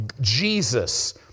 Jesus